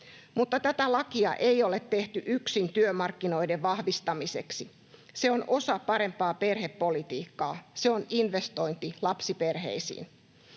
Mutta tätä lakia ei ole tehty yksin työmarkkinoiden vahvistamiseksi. Se on osa parempaa perhepolitiikkaa. Se on investointi lapsiperheisiin.